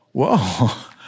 whoa